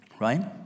Right